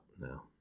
No